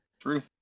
True